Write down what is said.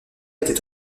était